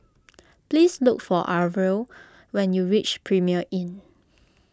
please look for Arvil when you reach Premier Inn